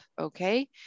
okay